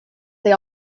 they